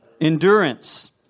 Endurance